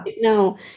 no